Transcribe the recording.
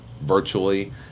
virtually